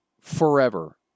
forever